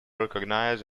recognised